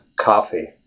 coffee